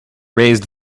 raised